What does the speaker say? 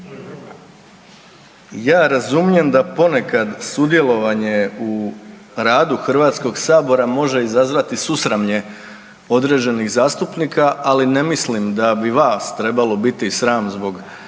Ja razumijem da ponekad sudjelovanje u radu Hrvatskog Sabora može izazvati susramlje određenih zastupnika, ali ne mislim da bi vas trebalo biti sram zbog